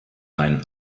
dein